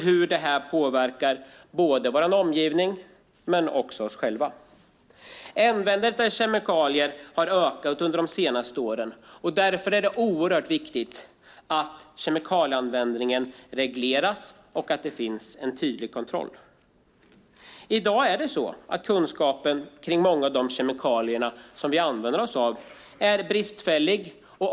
Hur påverkar de vår omgivning och oss själva? Användandet av kemikalier har ökat de senaste åren. Därför är det viktigt att kemikalieanvändningen regleras och att det finns en tydlig kontroll. I dag är kunskapen om många kemikalier bristfällig.